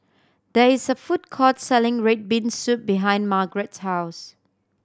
there is a food court selling red bean soup behind Margret's house